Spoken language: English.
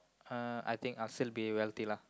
uh I think I still be wealthy lah